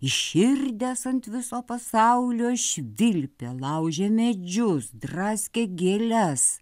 įširdęs ant viso pasaulio švilpė laužė medžius draskė gėles